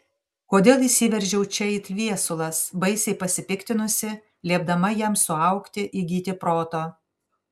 kodėl įsiveržiau čia it viesulas baisiai pasipiktinusi liepdama jam suaugti įgyti proto